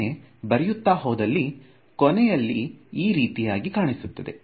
ಇದನ್ನೇ ಬರಿಯುತ್ತ ಹೋದಲ್ಲಿ ಕೊನೆಯಲ್ಲಿ ಈ ರೀತಿಯಾಗಿ ಕಾಣಿಸುತ್ತದೆ